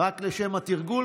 הישארו חצי דקה אחרי,